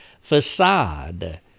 facade